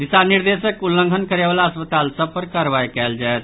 दिशा निर्देशक उल्लंघन करयवला अस्पताल सभ पर कारवाई कयल जायत